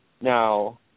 now